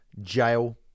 Jail